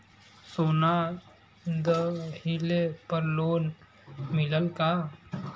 सोना दहिले पर लोन मिलल का?